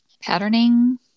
Patterning